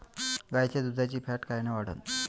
गाईच्या दुधाची फॅट कायन वाढन?